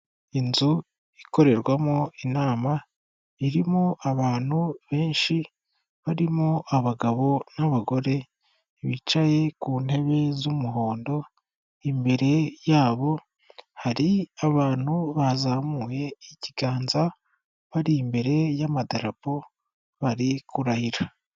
Inzu ikorerwamo inama, irimo abantu benshi barimo abagabo n'abagore, bicaye ku ntebe z'umuhondo, imbere yabo hari abantu bazamuye ikiganza, bari imbere y'amadarapo bari kurahira.